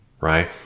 right